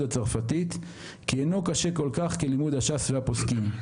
הצרפתית כי אינו קשה כל כך כלימוד הש"ס והפוסקים.